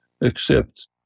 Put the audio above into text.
accept